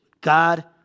God